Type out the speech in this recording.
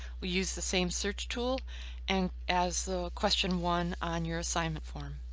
we use the same search tool and as question one on your assignment form.